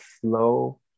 flow